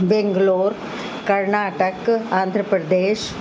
Bangalore Karnataka Andhra Pradesh